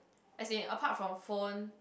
as in apart from phone